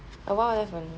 awhile only from